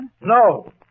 No